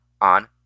on